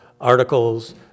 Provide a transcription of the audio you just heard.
articles